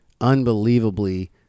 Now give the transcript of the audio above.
unbelievably